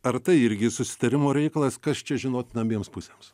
ar tai irgi susitarimo reikalas kas čia žinotina abiems pusėms